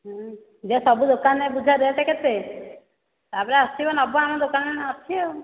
ହଁ ଯାଅ ସବୁ ଦୋକାନେରେ ବୁଝ ରେଟ୍ କେତେ ତା'ପରେ ଆସିବ ନେବ ଆମ ଦୋକାନେରେ ଅଛି ଆଉ